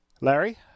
larry